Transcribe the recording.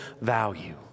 value